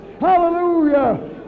Hallelujah